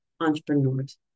entrepreneurs